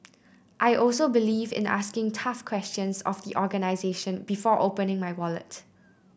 I also believe in asking tough questions of the organisation before opening my wallet